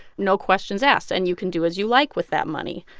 no questions asked. and you can do as you like with that money.